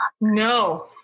No